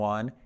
One